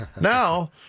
Now